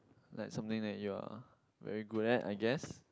like something that you're very good at I guess